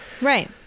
Right